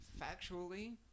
factually